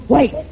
Wait